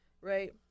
Right